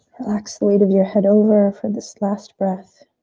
relax the weight of your head over for this last breath.